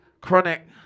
Chronic